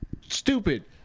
stupid